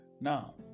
now